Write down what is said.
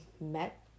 met